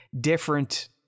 different